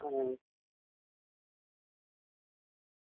અમ્મ